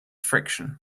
friction